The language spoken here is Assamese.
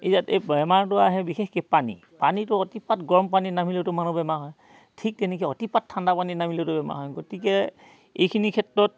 ইয়াত এই বেমাৰটো আহে বিশেষকৈ পানী পানীটো অতিপাত গৰম পানী নামিলেতো মানুহ বেমাৰ হয় ঠিক তেনেকৈ অতিপাত ঠাণ্ডা পানীত নামিলেওতো বেমাৰ হয় গতিকে এইখিনি ক্ষেত্ৰত